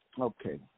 Okay